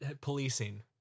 policing